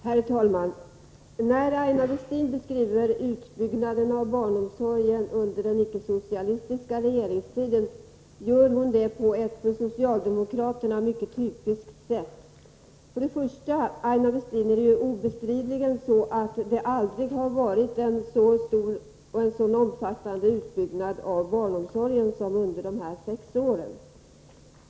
Herr talman! När Aina Westin beskriver utbyggnaden av barnomsorgen under den icke-socialistiska regeringstiden gör hon det på ett för socialdemokraterna mycket typiskt sätt. För det första: Utbyggnaden av barnomsorgen har obestridligen aldrig varit så omfattande som under de här sex icke-socialistiska åren.